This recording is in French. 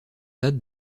datent